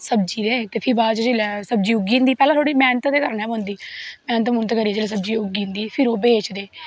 सब्जी दे फिर बाद च जिसलै सब्जी उग्गी जंदी पैह्लैं थोह्ड़ी मैह्नत ते करनी गै पौंदी मैह्नत मूह्नत करियै जिसलै सब्जी उग्गीजंदी फिर ओह् बेचदे